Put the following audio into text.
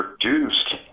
produced